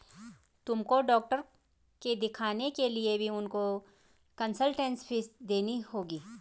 तुमको डॉक्टर के दिखाने के लिए भी उनको कंसलटेन्स फीस देनी होगी